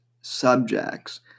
subjects